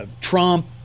Trump